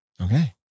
Okay